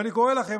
ואני קורא לכם,